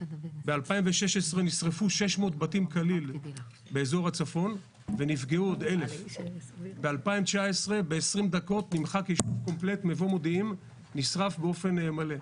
ב-2016 נשרפו 600 בתים כליל באזור הצפון ונפגעו עוד 1,000. ב-2019 ב-20 דקות נמחק היישוב מבוא מודיעין ונשרף באופן מלא.